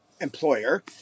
employer